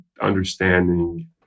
understanding